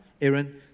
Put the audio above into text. Aaron